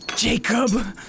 Jacob